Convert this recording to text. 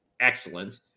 excellent